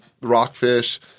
rockfish